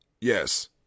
Yes